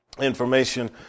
information